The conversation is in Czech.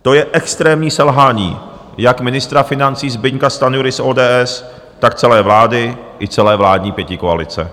To je extrémní selhání jak ministra financí Zbyňka Stanjury z ODS, tak celé vlády i celé vládní pětikoalice.